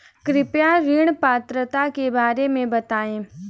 कृपया ऋण पात्रता के बारे में बताएँ?